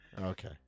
Okay